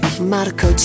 Marco